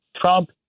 Trump